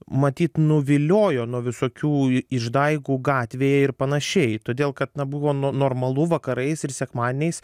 matyt nuviliojo nuo visokių išdaigų gatvėje ir panašiai todėl kad na buvo no normalu vakarais ir sekmadieniais